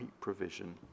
provision